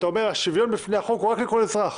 שאתה אומר שהשוויון בפני החוק הוא רק לכל אזרח